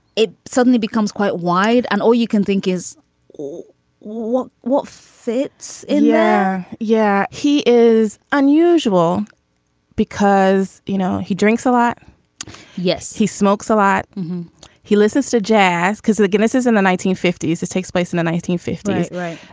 it suddenly becomes quite wide. and all you can think is what what fits in there yeah, he is unusual because, you know, he drinks a lot yes, he smokes a lot he listens to jazz because the guinness is in the nineteen fifty s. it takes place in the nineteen fifty s. right.